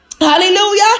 hallelujah